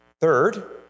Third